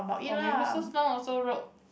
or Mrs Tan also wrote